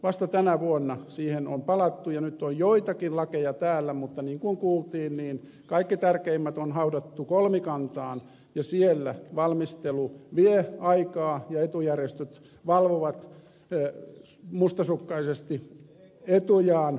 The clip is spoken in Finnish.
vasta tänä vuonna siihen on palattu ja nyt on joitakin lakeja täällä mutta niin kuin kuultiin kaikki tärkeimmät on haudattu kolmikantaan ja siellä valmistelu vie aikaa ja etujärjestöt valvovat mustasukkaisesti etujaan